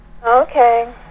Okay